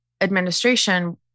administration